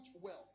wealth